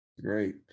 Great